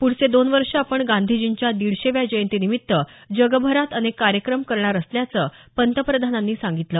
पूढचे दोन वर्ष आपण गांधीजींच्या दीडशेव्या जयंतीनिमित्त जगभरात अनेक कार्यक्रम करणार असल्याचं पंतप्रधानांनी सांगितलं